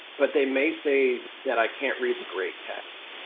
but they may say that i can't read the gray text.